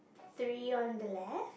three on the left